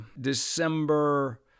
December